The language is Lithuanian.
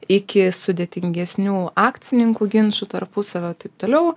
iki sudėtingesnių akcininkų ginčų tarpusavio taip toliau